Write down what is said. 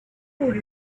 good